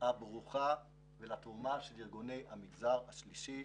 הברוכה ולתרומה של ארגוני המגזר השלישי.